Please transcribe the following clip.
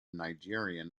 nigerian